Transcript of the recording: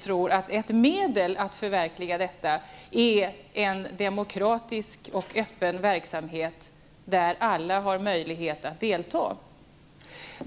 tror att ett medel att förverkliga detta är en demokratisk och öppen verksamhet där alla har möjlighet att delta.